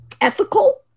Ethical